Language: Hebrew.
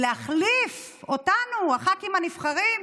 להחליף אותנו, הח"כים הנבחרים,